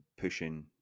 pushing